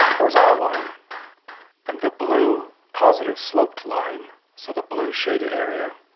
horizontal line and the blue positive sloped line so the blue shaded area